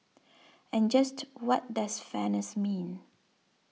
and just what does fairness mean